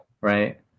right